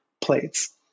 plates